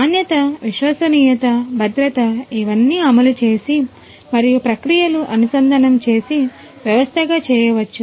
నాణ్యత విశ్వసనీయత భద్రత ఇవన్నీ అమలు చేసి మరియు ప్రక్రియలు అనుసంధానం చేసి వ్యవస్థగా చేయవచ్చు